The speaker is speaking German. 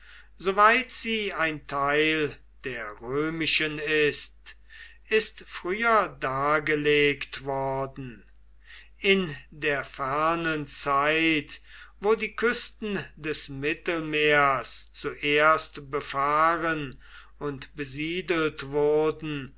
sie ein teil der römischen ist ist früher dargelegt worden in der fernen zeit wo die küsten des mittelmeers zuerst befahren und besiedelt wurden